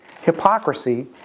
hypocrisy